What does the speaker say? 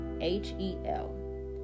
H-E-L